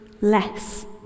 less